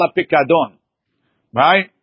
Right